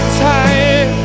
time